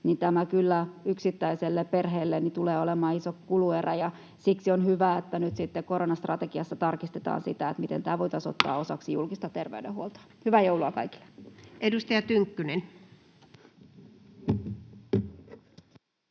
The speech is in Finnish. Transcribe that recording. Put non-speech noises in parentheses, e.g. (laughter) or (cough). niin tämä kyllä yksittäiselle perheelle tulee olemaan iso kuluerä. Siksi on hyvä, että nyt sitten koronastrategiassa tarkistetaan sitä, miten tämä voitaisiin ottaa (noise) osaksi julkista terveydenhuoltoa. Hyvää joulua kaikille! [Speech